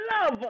love